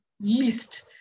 least